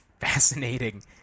fascinating